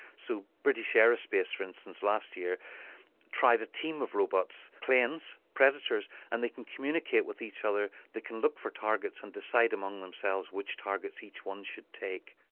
so british aerospace for instance last year tried a team of robots, planes, predators, and they can communicate with each other, they can look for targets and decide among themselves which targets each one should take.